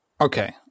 Okay